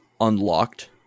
unlocked